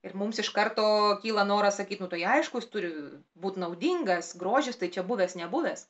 ir mums iš karto kyla noras sakyt nu tai aiškus jis turi būt naudingas grožis tai čia buvęs nebuvęs